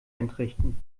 entrichten